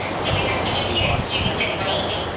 so we have twenty eight students enrolled,